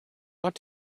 want